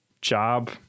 job